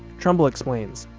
trumbull explains,